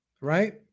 right